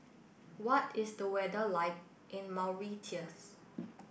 what is the weather like in Mauritius